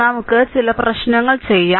നമുക്ക് ചില പ്രശ്നങ്ങൾ ചെയ്യാം